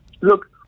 look